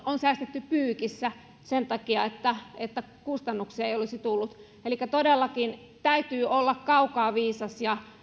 on säästetty pyykissä sen takia että että kustannuksia ei olisi tullut elikkä todellakin täytyy olla kaukaa viisas ja